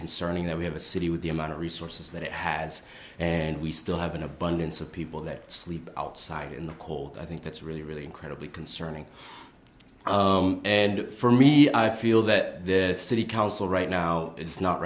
concerning that we have a city with the amount of resources that it has and we still have an abundance of people that sleep outside in the cold i think that's really really incredibly concerning and for me i feel that the city council right now is not